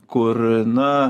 kur na